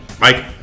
Mike